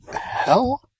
hell